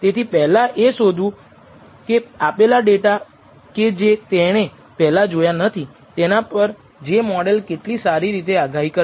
તેથી પહેલા એ શોધવું કે આપેલા ડેટા કે જે તેણે પહેલા જોયા નથી તેના પર જે તે મોડેલ કેટલી સારી રીતે આગાહી કરશે